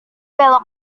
belok